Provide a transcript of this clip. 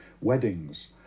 weddings